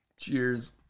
Cheers